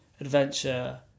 adventure